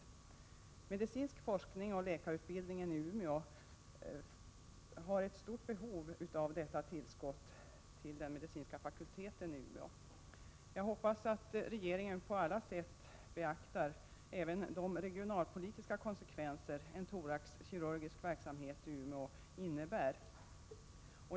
Den medicinska forskningen och läkarutbildningen i Umeå har ett stort behov av detta tillskott till den medicinska fakulteten där. Jag hoppas att regeringen på alla sätt beaktar även de regionalpolitiska konsekvenser som en thoraxkirurgisk verksamhet till Umeå innebär.